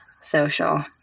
social